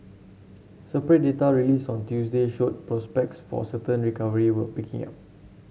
separate data released on Tuesday showed prospects for a sustained recovery were picking up